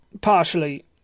partially